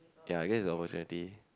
ya that's the opportunity